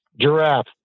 Giraffe